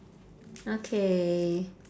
okay